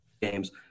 games